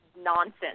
nonsense